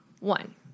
One